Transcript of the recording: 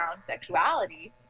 sexuality